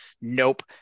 Nope